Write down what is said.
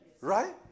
Right